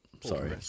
Sorry